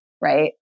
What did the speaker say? right